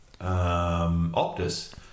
Optus